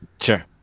Sure